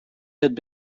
had